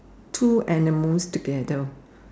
two animals together